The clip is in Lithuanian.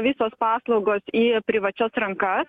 visos paslaugos į privačias rankas